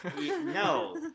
No